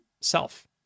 self